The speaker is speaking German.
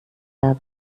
jahr